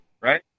Right